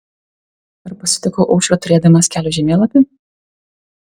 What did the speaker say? ar pasitikau aušrą turėdamas kelio žemėlapį